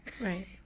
right